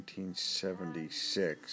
1976